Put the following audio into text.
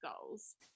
goals